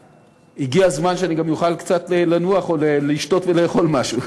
הגיע הזמן שאני גם אוכל קצת לנוח או לשתות ולאכול משהו.